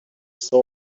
saw